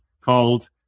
called